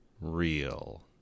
real